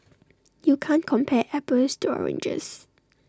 you can't compare apples to oranges